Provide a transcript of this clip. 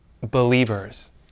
believers